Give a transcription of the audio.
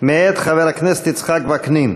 מאת חבר הכנסת יצחק וקנין.